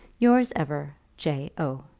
yours ever, j. o.